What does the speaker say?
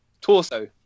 torso